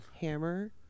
Hammer